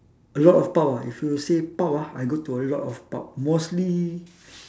a lot of pub ah if you say pub ah I go to a lot of pub mostly